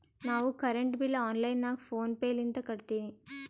ನಾವು current bill online ನಾಗ PhonePe ಲಿಂತ ಕಟ್ಟತ್ತಿವಿ